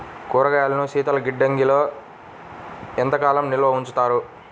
కూరగాయలను శీతలగిడ్డంగిలో ఎంత కాలం నిల్వ ఉంచుతారు?